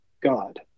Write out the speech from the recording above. God